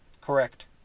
correct